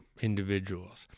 individuals